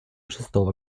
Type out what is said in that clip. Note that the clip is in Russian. шестого